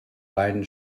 beiden